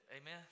Amen